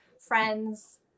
friends